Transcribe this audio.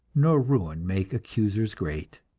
nor ruin make accusers great